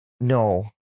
No